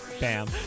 Bam